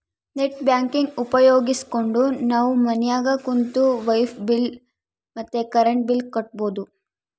net banking ಉಪಯೋಗಿಸ್ಕೆಂಡು ನಾವು ಮನ್ಯಾಗ ಕುಂತು ವೈಫೈ ಬಿಲ್ ಮತ್ತೆ ಕರೆಂಟ್ ಬಿಲ್ ಕಟ್ಬೋದು